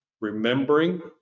Remembering